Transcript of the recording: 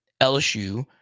LSU